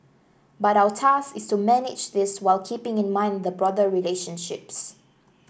but our task is to manage this whilst keeping in mind the broader relationships